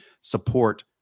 support